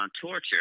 Torture